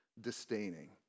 disdaining